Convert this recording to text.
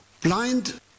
Blind